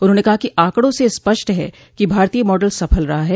उन्होंने कहा कि आंकड़ों से स्पष्ट है कि भारतीय मॉडल सफल रहा है